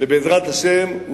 ובעזרת השם,